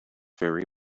very